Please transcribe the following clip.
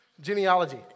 Genealogy